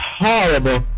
horrible